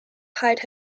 hide